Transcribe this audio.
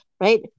Right